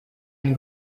une